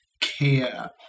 care